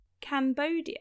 Cambodia